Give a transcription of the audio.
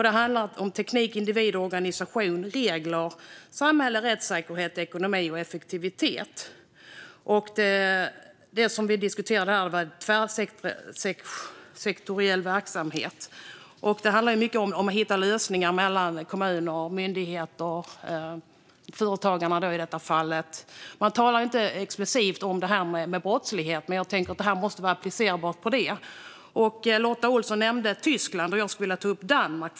Det handlar om teknik, individer, organisation, regler, samhälle, rättssäkerhet, ekonomi och effektivitet. Det som vi diskuterar är tvärsektoriell verksamhet. Det handlar mycket om att hitta lösningar mellan kommuner, myndigheter och, i det här fallet, företagare. Man talar inte explicit om brottslighet, men jag tänker att detta måste vara applicerbart på det. Lotta Olsson nämnde Tyskland, men jag skulle vilja ta upp Danmark.